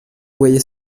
voyez